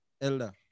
Elder